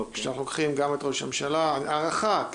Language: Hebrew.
שאנחנו לוקחים גם את ראש הממשלה הערכה,